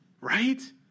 Right